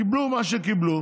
קיבלו מה שקיבלו,